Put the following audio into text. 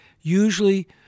usually